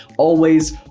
always,